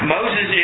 Moses